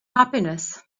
happiness